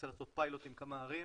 רוצה לעשות פיילוט עם כמה ערים.